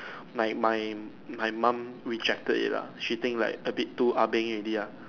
my my my mom rejected it lah she think like a bit too Ah-beng already ya